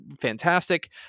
fantastic